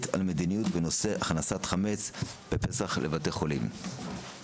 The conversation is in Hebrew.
על מדיניות בנושא הכנסת חמץ בפסח לבתי חולים.